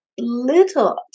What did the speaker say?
little